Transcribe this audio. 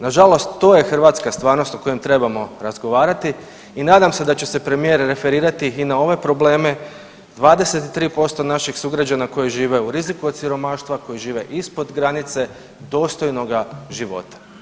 Nažalost to je hrvatska stvarnost o kojoj trebamo razgovarati i nadam se da će se premijer referirati i na ove probleme 23% naših sugrađana koji žive u riziku od siromaštva, koji žive ispod granice dostojnoga života.